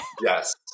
Yes